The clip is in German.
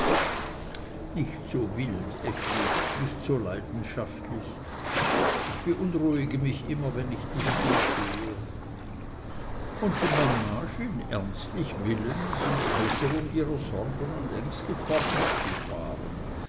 nicht so wild effi nicht so leidenschaftlich ich beunruhige mich immer wenn ich dich so sehe und die mama schien ernstlich willens in äußerung ihrer sorgen und ängste fortzufahren